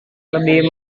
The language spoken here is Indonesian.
lebih